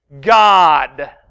God